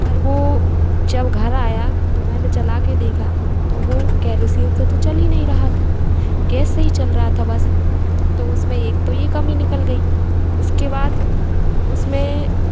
पर वह जब घर आया तो मैंने चलाकर देखा तो वह केरोसिन से तो चल ही नहीं रहा था गैस से ही चल रहा था बस तो उसमें एक तो यह कमी निकल गई उसके बाद उसमें